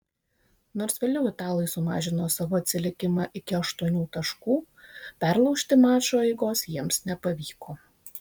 nors vėliau italai sumažino savo atsilikimą iki aštuonių taškų perlaužti mačo eigos jiems nepavyko